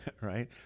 Right